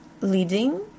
leading